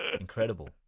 Incredible